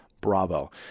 Bravo